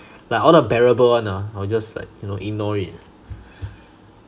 like all the bearable one ah I'll just like you know ignore it